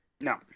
No